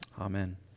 Amen